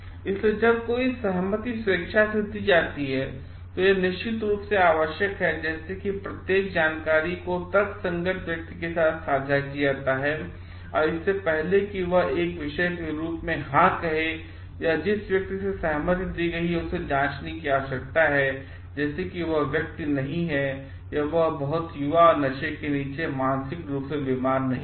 इसलिए जब कोई सहमति स्वेच्छा से दी जाती है तो यह निश्चित रूप से आवश्यक है जैसे कि प्रत्येक जानकारी को तर्कसंगत व्यक्ति के साथ साझा किया जाता है और इससे पहले कि वह एक विषय के रूप में हाँ कहे और जिस व्यक्ति ने सहमति दी है उसे जाँचने की आवश्यकता है जैसे कि वह व्यक्ति नहीं है बहुत युवा या नशे के नीचे या मानसिक रूप से बीमार नहीं हैं